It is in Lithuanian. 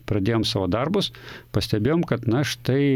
pradėjom savo darbus pastebėjom kad na štai